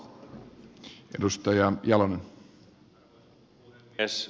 arvoisa puhemies